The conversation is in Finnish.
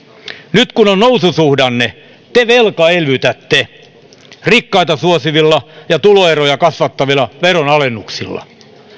nyt kun on noususuhdanne te velkaelvytätte rikkaita suosivilla ja tuloeroja kasvattavilla veronalennuksilla